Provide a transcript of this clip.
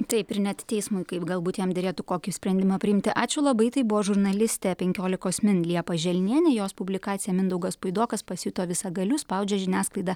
taip ir net teismui kaip galbūt jam derėtų kokį sprendimą priimti ačiū labai tai buvo žurnalistė penkiolikos min liepa želnienė jos publikacija mindaugas puidokas pasijuto visagaliu spaudžia žiniasklaidą